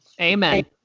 Amen